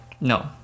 no